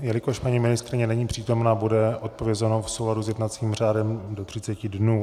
Jelikož paní ministryně není přítomna, bude odpovězeno v souladu s jednacím řádem do třiceti dnů.